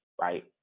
right